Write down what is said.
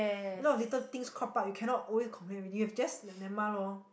a lot of little things cropped up you cannot always complain everything you have just never mind lor